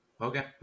Okay